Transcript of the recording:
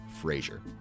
Frazier